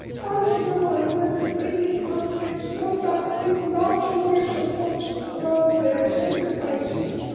once in a while when the printing plant gets clogged up with large orders of bonds for our various enterprises,